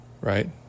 Right